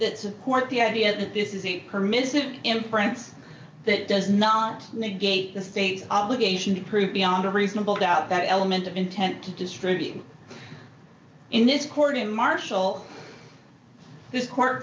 that support the idea that this is a permissive in france that does not negate the state's obligation to prove beyond a reasonable doubt that element of intent to distribute in this court in marshall this court